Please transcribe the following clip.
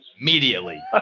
immediately